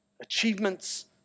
achievements